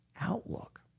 outlook